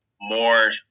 more